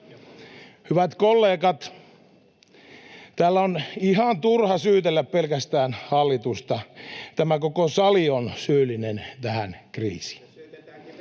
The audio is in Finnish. Hyvät kollegat, täällä on ihan turha syytellä pelkästään hallitusta, tämä koko sali on syyllinen tähän kriisiin.